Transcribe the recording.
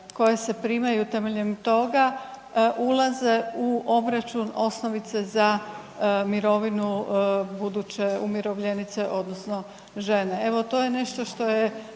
koje se primaju temeljem toga ulaze u obračun osnovice za mirovinu buduće umirovljenice odnosno žene. Evo to je nešto što je